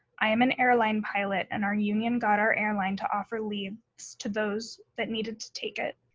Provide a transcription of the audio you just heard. i am an airline pilot and our union got our airline to offer leaves to those that needed to take it.